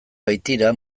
baitira